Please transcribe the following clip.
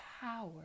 power